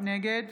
נגד